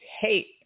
hate